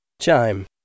Chime